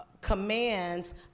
commands